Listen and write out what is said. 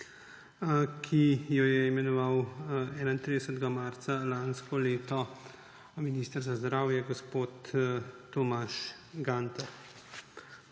ki jo je imenoval 31. marca lansko leto minister za zdravje gospod Tomaž Gantar.